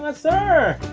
ah sir!